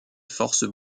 forces